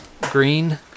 green